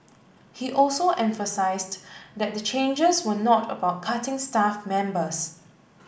he also emphasised that the changes were not about cutting staff members